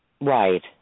Right